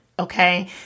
Okay